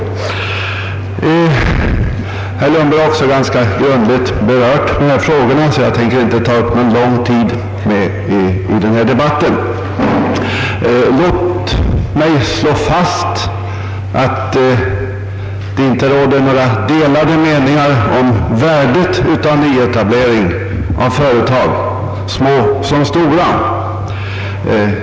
Herr Lundberg har ganska grundligt berört dessa frågor, och jag tänker därför inte ta så lång tid i anspråk i denna debatt. Låt mig slå fast att det inte råder några delade meningar om värdet av nyetablering av företag, små som stora.